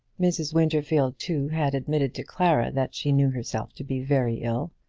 mrs. winterfield, too, had admitted to clara that she knew herself to be very ill.